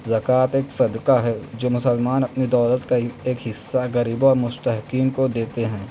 زکوٰۃ ایک صدقہ ہے جو مسلمان اپنے دولت کا ایک حصہ غریبوں اور مستحقین کو دیتے ہیں